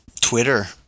Twitter